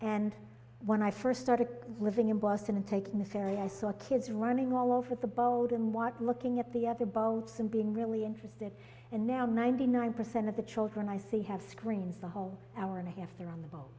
and when i first started living in boston and taking this area i saw kids running all over the boat and what looking at the other boats and being really interested and now ninety nine percent of the children i see have screens the whole hour and a half they're on the boat